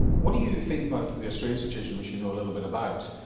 what do you think about the australian situation which you know a little bit about?